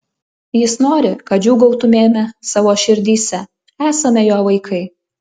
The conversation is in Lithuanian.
jis nori kad džiūgautumėme savo širdyse esame jo vaikai